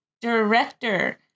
director